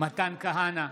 מתן כהנא,